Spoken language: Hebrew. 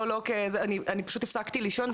אני פשוט הפסקתי לישון,